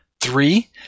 Three